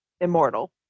immortal